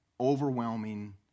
overwhelming